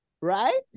Right